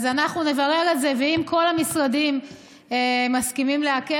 כל הרופאים והחוקרים יודעים להוכיח